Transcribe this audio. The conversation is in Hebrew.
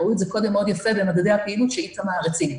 ראו את זה קודם מאוד יפה במדדי הפעילות שאיתמר הציג.